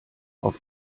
auf